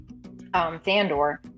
Thandor